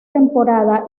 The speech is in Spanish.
temporada